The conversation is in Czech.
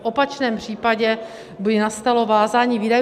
V opačném případě by nastalo vázání výdajů.